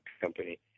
company